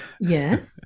yes